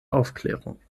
aufklärung